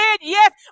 yes